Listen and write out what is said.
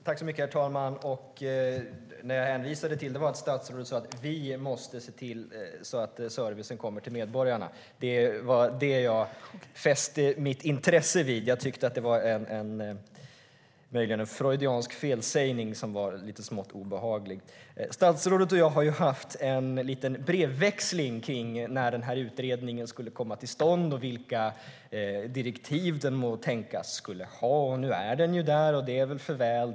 Herr talman! Jag hänvisade till att statsrådet sa: Vi måste se till att servicen kommer till medborgarna. Det var detta jag fäste mitt intresse vid. Det var möjligen en freudiansk felsägning, som var lite smått obehaglig. Statsrådet och jag har haft en liten brevväxling om när utredningen skulle komma till stånd och vilka direktiv den skulle tänkas få. Nu är utredningen på plats, och det är väl för väl.